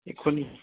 এখনই